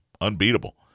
unbeatable